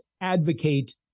advocate